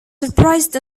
surprised